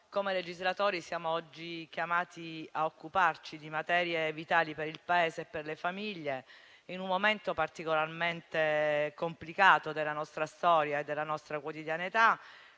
come legislatori, oggi siamo chiamati a occuparci di materie vitali per il Paese e per le famiglie, in un momento particolarmente complicato della nostra storia e della nostra quotidianità.